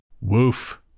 Woof